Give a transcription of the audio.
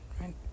Right